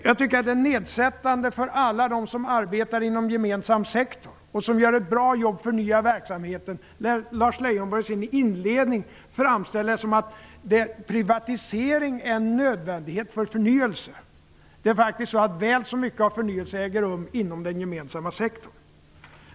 Jag tycker att det är nedsättande för alla dem som arbetar inom gemensam sektor, och som gör ett bra jobb för nya verksamheter, när Lars Leijonborg i sin inledning framställer det som att privatisering är en nödvändighet för förnyelse. Det är faktiskt så att väl så mycket av förnyelse äger rum inom den gemensamma sektorn.